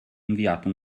inviato